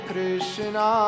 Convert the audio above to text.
Krishna